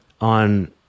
on